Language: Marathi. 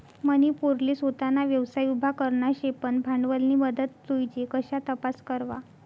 मनी पोरले सोताना व्यवसाय उभा करना शे पन भांडवलनी मदत जोइजे कशा तपास करवा?